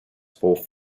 fourth